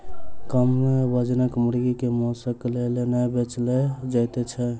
कम वजनक मुर्गी के मौंसक लेल नै बेचल जाइत छै